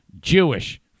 Jewish